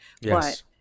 yes